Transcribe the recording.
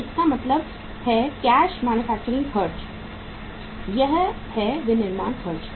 तो इसका मतलब है कैश मैन्युफैक्चरिंग खर्च यह है विनिर्माण खर्च